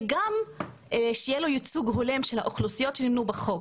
וגם שיהיה לו ייצוג הולם לאוכלוסיות שנמנו בחוק.